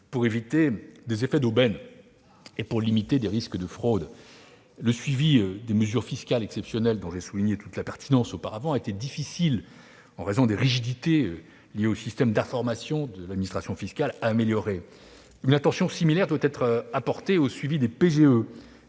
pour éviter des effets d'aubaine ... Ah !... et limiter les risques de fraude. Bravo ! Le suivi des mesures fiscales exceptionnelles, dont j'ai déjà souligné toute la pertinence, était difficile en raison des rigidités liées au système d'information de l'administration fiscale. Une attention similaire doit être prêtée au suivi des